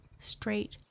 straight